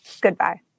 Goodbye